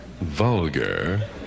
vulgar